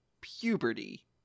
puberty